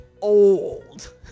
old